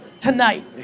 Tonight